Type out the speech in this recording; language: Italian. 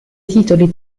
titoli